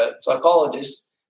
psychologist